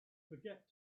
forget